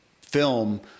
film